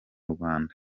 rwanda